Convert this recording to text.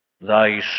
thy